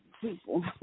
people